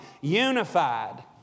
unified